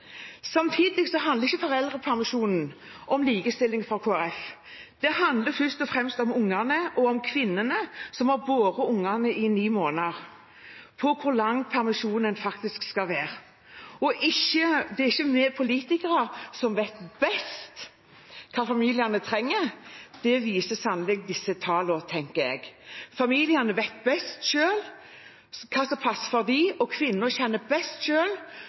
handler ikke foreldrepermisjonen om likestilling for Kristelig Folkeparti. Det handler først og fremst om ungene og om kvinnene som har båret ungene i ni måneder, med tanke på hvor lang permisjonen faktisk skal være. Det er ikke vi politikere som vet best hva familiene trenger. Det viser sannelig disse tallene, tenker jeg. Familiene vet best selv hva som passer for dem, og kvinner kjenner best